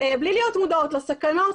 בלי להיות מודעות לסכנות